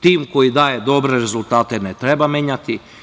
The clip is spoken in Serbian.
Tim koji daje dobre rezultate ne treba menjati.